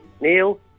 Neil